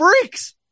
freaks